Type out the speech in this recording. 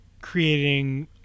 creating